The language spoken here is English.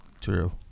True